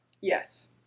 Yes